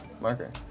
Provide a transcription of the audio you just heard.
Marker